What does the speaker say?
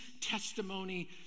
testimony